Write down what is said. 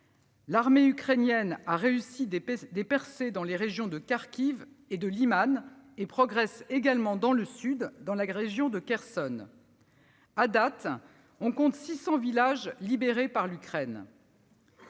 L'armée ukrainienne a réussi des percées dans les régions de Kharkiv et de Lyman, et progresse également dans le sud, dans la région de Kherson. À date, on compte 600 villages libérés par l'Ukraine.